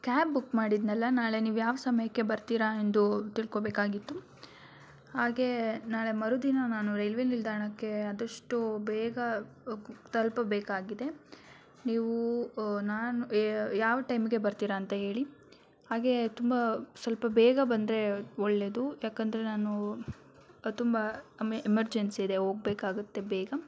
cab book ಮಾಡಿದ್ದೆನಲ್ಲ ನಾಳೆ ನೀವು ಯಾವ ಸಮಯಕ್ಕೆ ಬರ್ತಿರಾ ಎಂದು ತಿಳ್ಕೊಬೇಕಾಗಿತ್ತು ಹಾಗೇ ನಾಳೆ ಮರುದಿನ ನಾನು ರೈಲ್ವೆ ನಿಲ್ದಾಣಕ್ಕೆ ಆದಷ್ಟು ಬೇಗ ತಲುಪಬೇಕಾಗಿದೆ ನೀವು ನಾನು ಯಾವ ಟೈಮಿಗೆ ಬರ್ತೀರ ಅಂತ ಹೇಳಿ ಹಾಗೇ ತುಂಬ ಸ್ವಲ್ಪ ಬೇಗ ಬಂದರೆ ಒಳ್ಳೆಯದು ಯಾಕಂದರೆ ನಾನು ತುಂಬ ಅಂದರೆ ಎಮರ್ಜೆನ್ಸಿ ಇದೆ ಹೋಗ್ಬೇಕಾಗತ್ತೆ ಬೇಗ